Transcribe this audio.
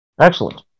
Excellent